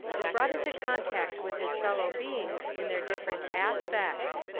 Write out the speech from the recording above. is brought into contact with his fel low beings in their different aspects.